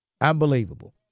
Unbelievable